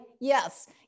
yes